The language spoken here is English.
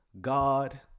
God